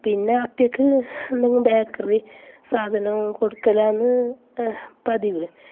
പിന്നെ ആപിയക്ക് എന്തെങ്കിലും ബേക്കറി സാധനം കൊടുക്കലാണ് പതിവ്